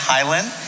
Highland